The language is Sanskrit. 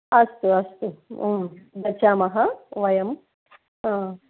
अस्तु अस्तु गच्छामः वयं